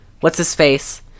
what's-his-face